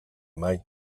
mai